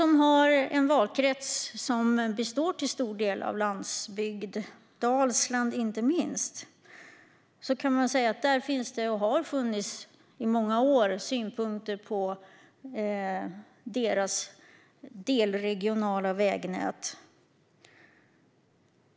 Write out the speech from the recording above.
Min valkrets består till stor del av landsbygd, inte minst i Dalsland. Där finns det och har i många år funnits synpunkter på det delregionala vägnätet.